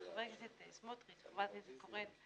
חבר הכנסת סמוטריץ ולחברת הכנסת קורן.